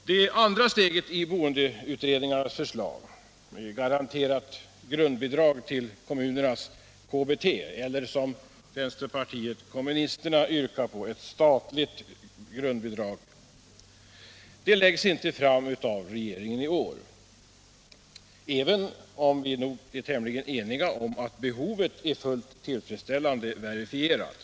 Det andra steget i boendeutredningarnas förslag, ett garanterat grundbidrag till KBT - kommunalt bostadstillägg — eller som vpk yrkat ett statligt grundbidrag, tas inte av regeringen i vår, även om vi nog är tämligen eniga om att behovet är tillfredsställande verifierat.